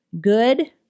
good